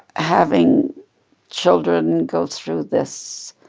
having children go through this